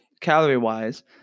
calorie-wise